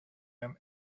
him